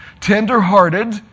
tenderhearted